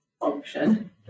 function